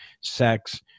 sex